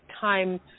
time